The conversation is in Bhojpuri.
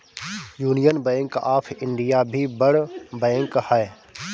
यूनियन बैंक ऑफ़ इंडिया भी बड़ बैंक हअ